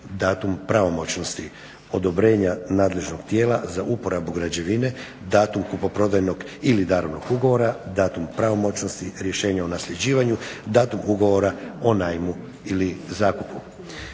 datum pravomoćnosti odobrenja nadležnog tijela za uporabu građevine, datum kupoprodajnog ili darovnog ugovora, datum pravomoćnosti rješenja o nasljeđivanju, datum ugovora o najmu ili zakupu.